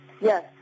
Yes